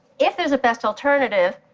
if there's a best alternative,